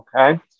Okay